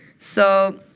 so